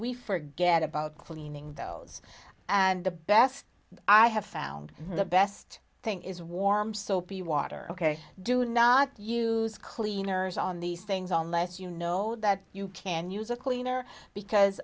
we forget about cleaning those and the best i have found the best thing is warm soapy water ok do not use cleaners on these things are less you know that you can use a cleaner because